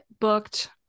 booked